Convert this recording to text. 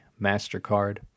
MasterCard